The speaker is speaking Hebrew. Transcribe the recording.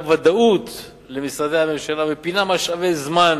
ודאות למשרדי הממשלה ופינה משאבי זמן